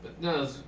No